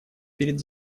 перед